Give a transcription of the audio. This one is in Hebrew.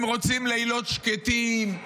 הם רוצים לילות שקטים,